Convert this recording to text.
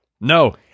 no